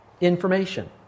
information